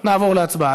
נעבור להצבעה.